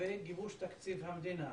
לבין גיבוש תקציב המדינה,